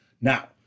Now